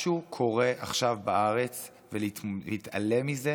משהו קורה עכשיו בארץ, ולהתעלם מזה